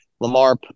Lamar